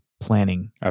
planning